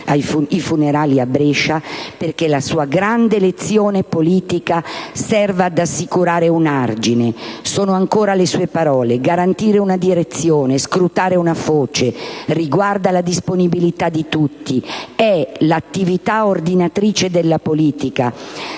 ricordare qui oggi perché la sua grande lezione politica serva ad «assicurare un argine» - sono ancora le sue parole - «garantire una direzione, scrutare una foce, riguarda la disponibilità di tutti e l'attitudine ordinatrice della politica...